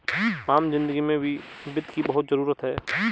आम जिन्दगी में भी वित्त की बहुत जरूरत है